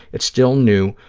it's still new,